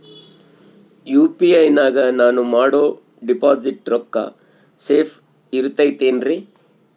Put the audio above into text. UPI ನಾಗ ನಾನು ಮಾಡೋ ಡಿಪಾಸಿಟ್ ರೊಕ್ಕ ಸೇಫ್ ಇರುತೈತೇನ್ರಿ?